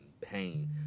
pain